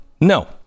No